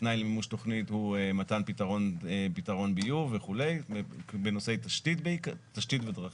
תנאי למימוש תוכנית הוא מתן פתרון ביוב וכו' בנושאי תשתית ודרכים.